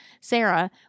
Sarah